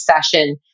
session